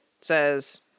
says